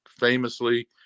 Famously